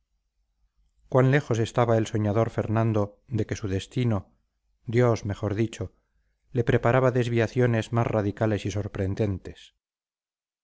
cuán lejos estaba el soñador fernando de que su destino dios mejor dicho le preparaba desviaciones más radicales y sorprendentes